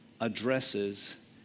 addresses